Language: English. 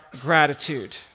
gratitude